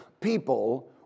people